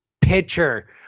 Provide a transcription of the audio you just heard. pitcher